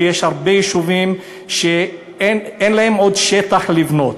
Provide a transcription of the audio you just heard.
כי יש הרבה יישובים שאין להם עוד שטח לבנות.